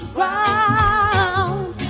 round